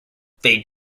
they